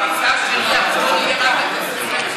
בהצעה שלי הפטור יהיה רק עד 21,